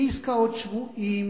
בעסקאות שבויים,